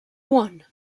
one